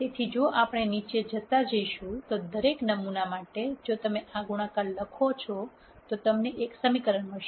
તેથી જો આપણે નીચે જતા જઇશું તો દરેક નમૂના માટે જો તમે આ ગુણાકાર લખો છો તો તમને એક સમીકરણ મળશે